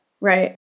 right